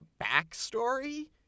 backstory